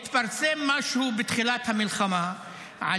-- התפרסם משהו בתחילת המלחמה על